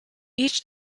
each